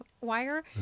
wire